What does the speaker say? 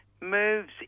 moves